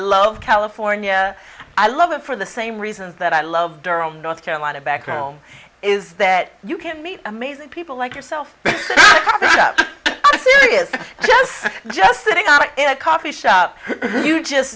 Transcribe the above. love california i love it for the same reasons that i love durham north carolina background is that you can meet amazing people like yourself just just sitting up in a coffee shop you just